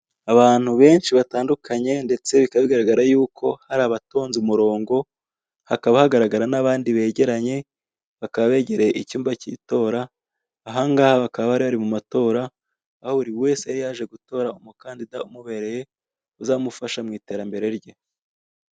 Abantu benshi batandukanye ndetse bikaba bigaragara yuko hari abatonze umurongo, hakaba hagaragara n'abandi begeranye, bakaba begereye icyumba cy'itora, aha ngaha bakaba bari bari mu matora, aho buri wese yari yaje gutora umukandida umubereye, uzamufasha mu iterambere rye.